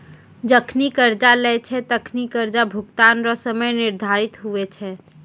जखनि कर्जा लेय छै तखनि कर्जा भुगतान रो समय निर्धारित हुवै छै